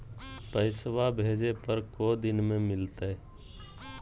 पैसवा भेजे पर को दिन मे मिलतय?